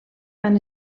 han